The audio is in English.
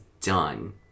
done